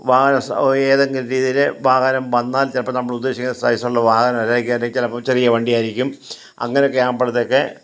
വാഹനം ഏതെങ്കിലും രീതിയിൽ വാഹനം വന്നാൽ ചിലപ്പോൾ നമ്മളുദ്ദേശിക്കുന്ന സൈസുള്ള വാഹനം അല്ലായിരിക്കും ചിലപ്പോൾ ചെറിയ വണ്ടിയായിരിക്കും അങ്ങനെയൊക്കെ ആവുമ്പോഴ്ത്തേക്ക്